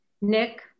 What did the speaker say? Nick